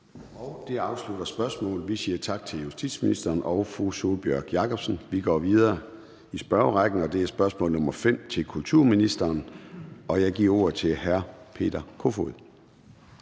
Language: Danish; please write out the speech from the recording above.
Det afslutter spørgsmålet. Vi siger tak til justitsministeren og fru Sólbjørg Jakobsen. Vi går videre i spørgerækken, og det er til spørgsmål nr. 5 på dagsordenen til kulturministeren. Kl.